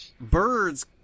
birds